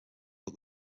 but